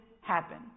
happen